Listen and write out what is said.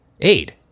aid